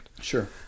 Sure